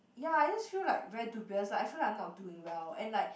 ya I just feel like very dubious like I feel like I'm not doing well and like